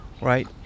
right